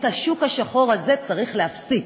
את השוק השחור הזה צריך להפסיק.